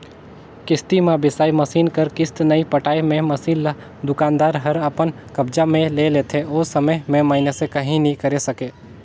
किस्ती म बिसाए मसीन कर किस्त नइ पटाए मे मसीन ल दुकानदार हर अपन कब्जा मे ले लेथे ओ समे में मइनसे काहीं नी करे सकें